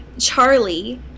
Charlie